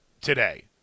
today